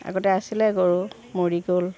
আগতে আছিলে গৰু মৰি গ'ল